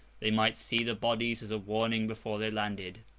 they might see the bodies as a warning before they landed.